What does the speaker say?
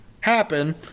happen